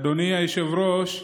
אדוני היושב-ראש,